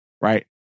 right